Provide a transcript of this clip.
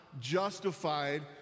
justified